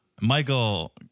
Michael